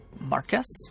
Marcus